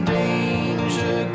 danger